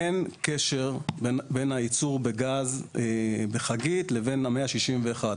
אין קשר בין הייצור בגז בחגית לבין ה-161.